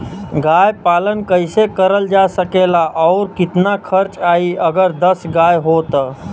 गाय पालन कइसे करल जा सकेला और कितना खर्च आई अगर दस गाय हो त?